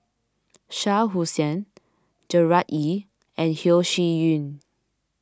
Shah Hussain Gerard Ee and Yeo Shih Yun